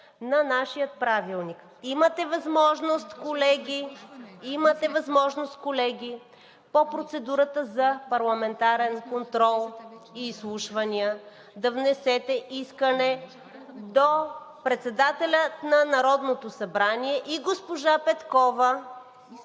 ДЕСИСЛАВА АТАНАСОВА: Имате възможност, колеги, по процедурата за парламентарен контрол и изслушвания да внесете искане до председателя на Народното събрание и госпожа Петкова